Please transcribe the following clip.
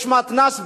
יש מתנ"ס בלוד,